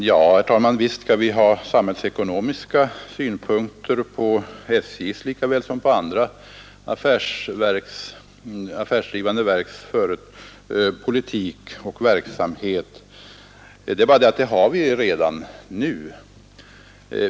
Herr talman! Visst skall vi anlägga samhällsekonomiska synpunkter på SJ:s likaväl som på andra affärsdrivande verks verksamhet. Det förhåller sig emellertid så att vi gör det redan nu.